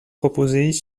proposées